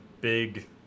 big –